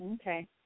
Okay